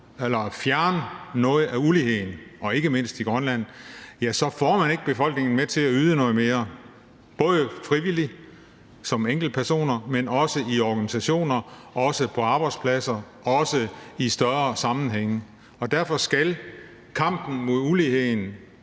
til at fjerne noget af uligheden, og ikke mindst i Grønland, ja, så får man ikke befolkningen til at yde noget mere – det gælder både frivilligt som enkeltpersoner, men også i organisationer, også på arbejdspladser, også i større sammenhænge. Derfor skal kampen mod uligheden